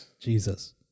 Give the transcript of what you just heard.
Jesus